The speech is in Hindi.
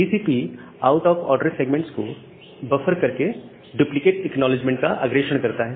TCP out of order segments को बफर करके डुप्लीकेट एक्नॉलेजमेंट का अग्रेषण करता है